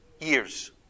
years